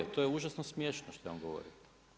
To je užasno smiješno što je on govorio.